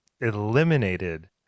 eliminated